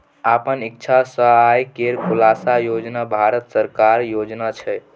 अपन इक्षा सँ आय केर खुलासा योजन भारत सरकारक योजना छै